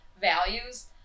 values